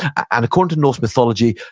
and according to norse mythology,